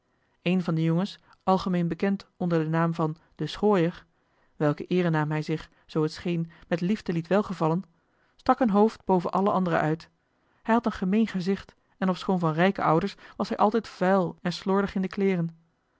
een van de jongens algemeen bekend onder den naam van de schooier welken eerenaam hij zich zoo het scheen met liefde liet welgevallen stak een hoofd boven alle anderen uit hij had een gemeen gezicht en ofschoon van rijke ouders was hij altijd vuil en slordig in de kleeren